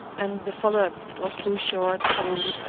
and the follow-up was too short to